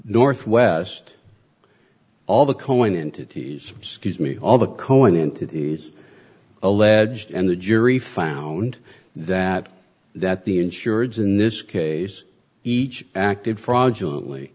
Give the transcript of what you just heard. northwest all the cohen entities scuse me all the cohen entities alleged and the jury found that that the insurers in this case each acted fraudulent